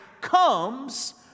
comes